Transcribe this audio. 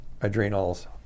adrenals